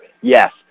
Yes